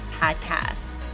Podcast